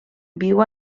viu